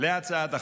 להצעת החוק.